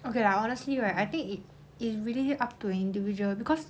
okay lah honestly right I think it it's really up to the individual because